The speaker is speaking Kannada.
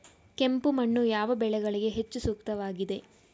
ಕೆಂಪು ಮಣ್ಣು ಯಾವ ಬೆಳೆಗಳಿಗೆ ಹೆಚ್ಚು ಸೂಕ್ತವಾಗಿದೆ?